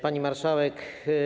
Pani Marszałek!